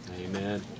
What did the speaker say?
Amen